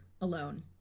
alone